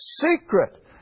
secret